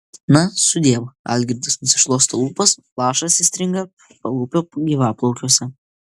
na sudiev algirdas nusišluosto lūpas lašas įstringa palūpio gyvaplaukiuose